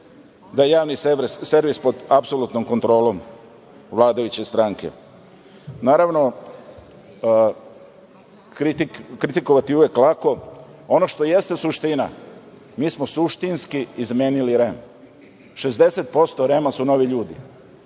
da je Javni servis pod apsolutnom kontrolom vladajuće stranke. Naravno, kritikovati uvek je lako. Ono što jeste suština, mi smo suštinski izmenili REM, 60% REM-a su novi ljudi.